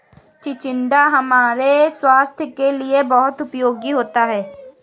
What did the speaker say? चिचिण्डा हमारे स्वास्थ के लिए बहुत उपयोगी होता है